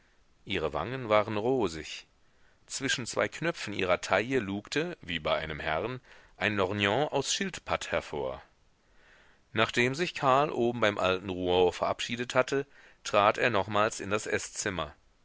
ihre wangen waren rosig zwischen zwei knöpfen ihrer taille lugte wie bei einem herrn ein lorgnon aus schildpatt hervor nachdem sich karl oben beim alten rouault verabschiedet hatte trat er nochmals in das eßzimmer